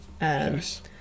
Yes